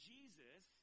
Jesus